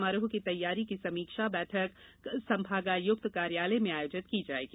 समारोह की तैयारी की समीक्षा बैठक कल संभाग आयुक्त कार्यालय में आयोजित की जाएगी